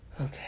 Okay